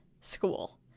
school